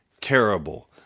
terrible